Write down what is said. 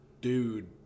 dude